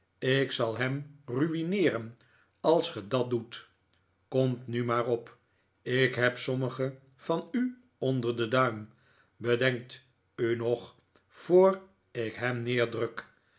ik zal hem ruineeren als ge dat doet komt nu maar op ik heb sommigen van u onder den duim bedenkt u nog voor ik hem neer